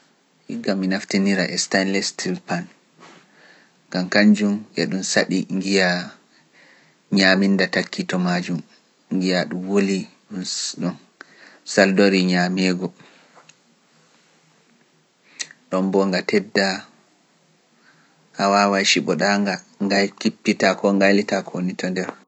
e mi naftinira e Stanley Stilpan, gam kanjum e ɗu saɗi ngiya ñaaminda takki to maajum, ngiya ɗum wuli ɗum saldori ñaamego, ɗon bo nga tedda, a waawai cibo ɗa nga, nga kippitaako, ngaaletaako ni to nder.